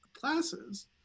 classes